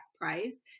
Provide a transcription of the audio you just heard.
price